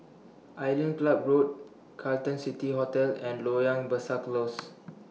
Island Club Road Carlton City Hotel and Loyang Besar Close